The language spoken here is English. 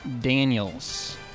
Daniels